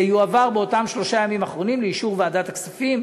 זה יועבר באותם שלושה ימים אחרונים לאישור ועדת הכספים.